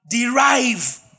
derive